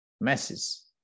masses